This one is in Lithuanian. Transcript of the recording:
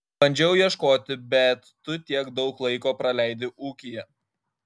bandžiau ieškoti bet tu tiek daug laiko praleidi ūkyje